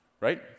right